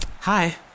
Hi